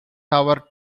tower